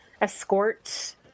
escort